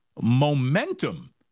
Momentum